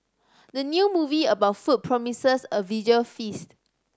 the new movie about food promises a visual feast